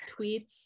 tweets